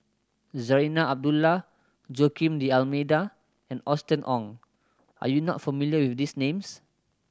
Zarinah Abdullah Joaquim D'Almeida and Austen Ong are you not familiar with these names